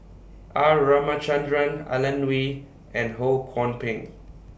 R Ramachandran Alan Oei and Ho Kwon Ping